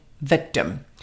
victim